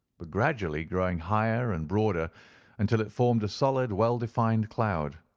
but gradually growing higher and broader until it formed a solid, well-defined cloud.